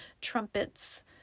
trumpets